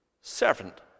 servant